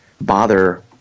bother